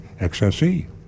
XSE